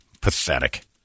Pathetic